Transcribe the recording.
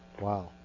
Wow